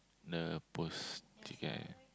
the post